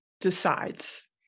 decides